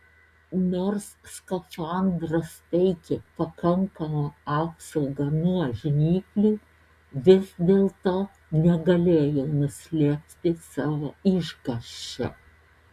nors skafandras teikė pakankamą apsaugą nuo žnyplių vis dėlto negalėjau nuslėpti savo išgąsčio